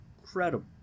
incredible